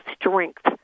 strength